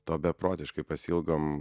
to beprotiškai pasiilgom